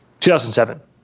2007